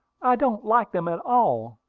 i don't like them at all,